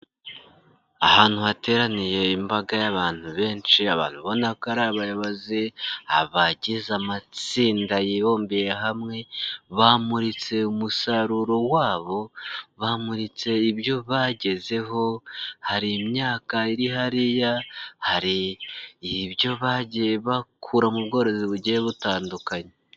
Ahantu hateraniye imbaga y'abantu benshi, abantu ubona ko ari abayobozi, abagize amatsinda yibumbiye hamwe, bamuritse umusaruro wabo, bamuritse ibyo bagezeho, hari imyaka iri hariya, hari ibyo bagiye bakura mu bworozi bugiye butandukanye.